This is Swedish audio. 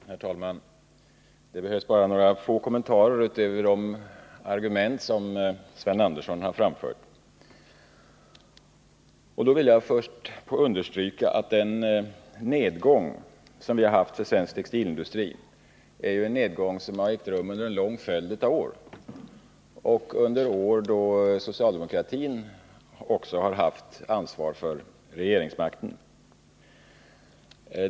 Herr talman! Det behövs bara några få kommentarer utöver de argument som Sven Andersson framfört. Jag vill först understryka att den nedgång som vi haft för svensk textilindustri är en nedgång som ägt rum under en lång följd av år, också under år då socialdemokratin haft regeringsmakten.